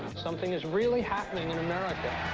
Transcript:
something is really happening in america.